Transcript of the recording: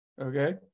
okay